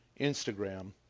Instagram